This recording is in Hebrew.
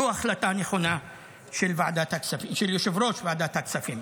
זו החלטה נכונה של יושב-ראש ועדת הכספים.